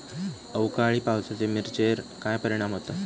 अवकाळी पावसाचे मिरचेर काय परिणाम होता?